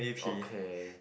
okay